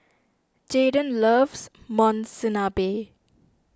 Jaiden loves Monsunabe